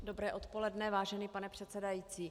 Dobré odpoledne, vážený pane předsedající.